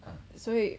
所以